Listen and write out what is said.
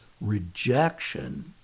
rejection